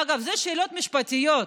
אגב, אלה שאלות משפטיות,